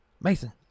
mason